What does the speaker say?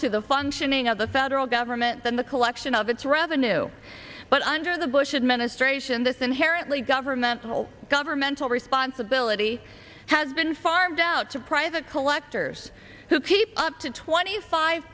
to the functioning of the federal government than the collection of its revenue but under the bush administration this inherently governmental governmental responsibility has been farmed out to private collectors who keep up to twenty five